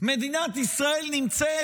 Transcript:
מדינת ישראל נמצאת